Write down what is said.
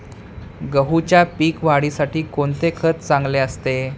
गहूच्या पीक वाढीसाठी कोणते खत चांगले असते?